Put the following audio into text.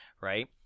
Right